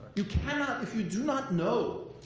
you cannot, if you do not know,